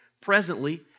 presently